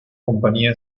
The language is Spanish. compañía